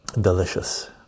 delicious